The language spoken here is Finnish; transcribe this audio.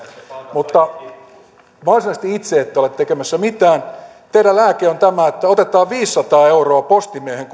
varsinaisesti itse ette ole tekemässä mitään teidän lääkkeenne on tämä että otetaan viisisataa euroa postimiehen